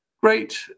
great